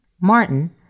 Martin